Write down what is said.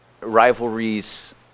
Rivalries